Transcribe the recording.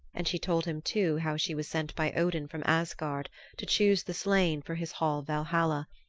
and she told him, too, how she was sent by odin from asgard to choose the slain for his hall valhalla,